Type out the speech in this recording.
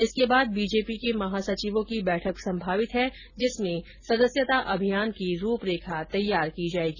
इसके बाद बीजेपी के महासचिवों की बैठक संभावित है जिसमें सदस्यता अभियान की रूपरेखा तैयार की जायेगी